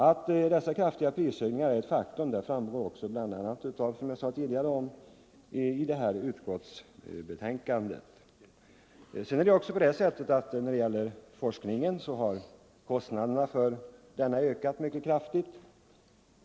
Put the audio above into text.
Att dessa kraftiga prishöjningar är ett faktum framgår, som jag sade tidigare, också av utskottsbetänkandet. Även kostnaderna för forskningen har ökat mycket kraftigt.